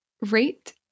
rate